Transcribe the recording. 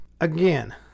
Again